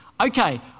Okay